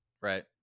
Right